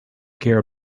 care